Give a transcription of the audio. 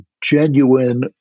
genuine